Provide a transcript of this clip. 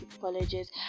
colleges